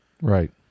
Right